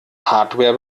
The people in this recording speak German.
hardware